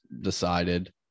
decided